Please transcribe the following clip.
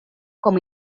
com